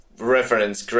reference